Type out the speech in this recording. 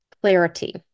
clarity